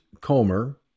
Comer